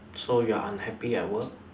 so you're unhappy at work